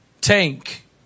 tank